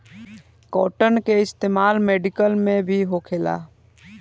cotton के इस्तेमाल medical में भी होखेला